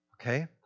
Okay